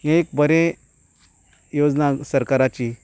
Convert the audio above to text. हें एक बरें योजना सरकाराची